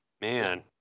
man